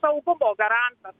saugumo garantas